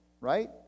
right